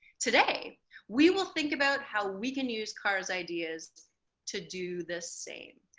today we will think about how we can use carr's ideas to do the same.